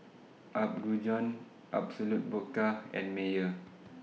Apgujeong Absolut Vodka and Mayer